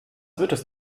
würdest